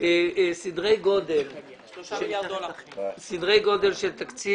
סדרי גודל של תקציב